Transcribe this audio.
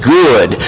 good